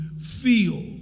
feel